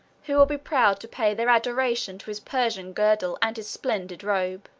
who will be proud to pay their adoration to his persian girdle and his splendid robe.